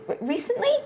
recently